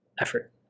effort